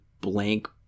blank